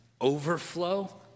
overflow